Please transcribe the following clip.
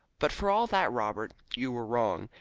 but for all that, robert, you were wrong,